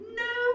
no